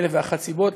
מאלף ואחת סיבות,